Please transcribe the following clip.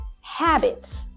habits